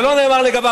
זה לא נאמר לגביו.